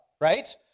right